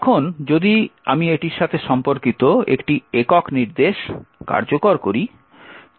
এখন যদি আমি এটির সাথে সম্পর্কিত একটি একক নির্দেশ কার্যকর করি তবে আমরা দেখতে পাব কী হয়